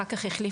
אחר כך החליפו.